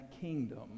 kingdom